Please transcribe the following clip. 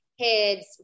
kids